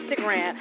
Instagram